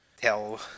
tell